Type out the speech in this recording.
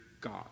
God